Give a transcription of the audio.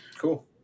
Cool